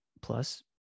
Plus